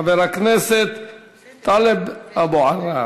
חבר הכנסת טלב אבו עראר.